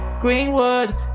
Greenwood